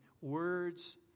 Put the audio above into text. Words